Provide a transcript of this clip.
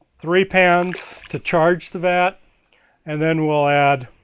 three pans to charge the vat and then we'll add